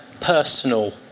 personal